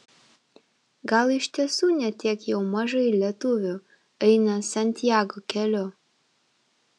gal iš tiesų ne tiek jau mažai lietuvių eina santiago keliu